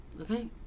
okay